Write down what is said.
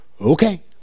okay